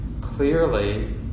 clearly